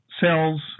cells